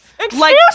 Excuse